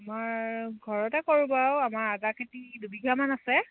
আমাৰ ঘৰতে কৰোঁ বাৰু আমাৰ আদা খেতি দুবিঘামান আছে